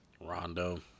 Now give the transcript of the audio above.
Rondo